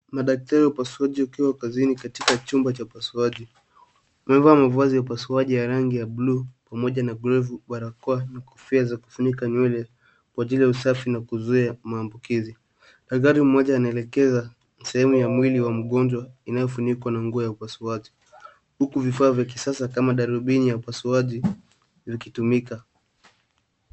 Madaktari wa upasuaji wakiwa kazini katika chumba cha upasuaji. Wamevaa mavazi ya upasuaji ya rangi ya buluu pamoja na glovu, barakoa na kofia za kufunika nywele kwa ajili ya usafi na kuzuia maambukizi. Daktari mmoja anaelekeza sehemu ya mwili wa mgonjwa inayofunikwa na nguo ya upasuaji huku vifaa vya kisasa kama darubini ya upasuaji vikitumika.